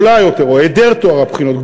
או היעדר טוהר הבחינות,